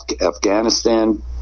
Afghanistan